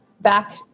back